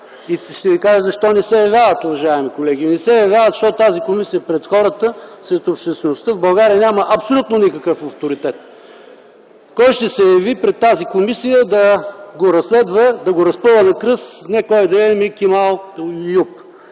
Ще ви кажа защо не се явяват, уважаеми колеги. Не се явяват, защото тази комисия пред хората, сред обществеността в България няма абсолютно никакъв авторитет. Кой ще се яви пред тази комисия да го разследва, да го разпъва на